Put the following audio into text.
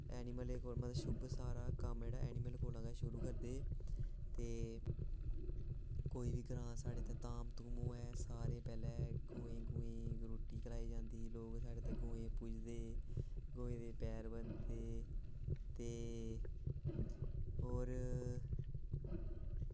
एनिमलें कोला मतलब शुभ सारा कम्म जेह्ड़ा एनिमल कोला गै शुरू करदे ते कोई बी ग्रांऽ साढ़े इत्थें धाम धूम होऐ सारे पैह्लें गौवें गवा ई रुट्टी खलाई जंदी साढ़े लोक इत्थें गवें गी पूजदे कोई एह्दे पैर बंधदे ते होर